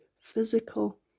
physical